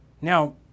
Now